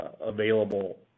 available